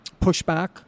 pushback